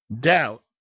doubt